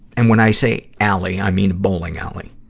and when i say alley, i mean bowling alley,